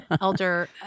elder